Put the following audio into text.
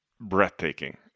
breathtaking